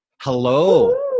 Hello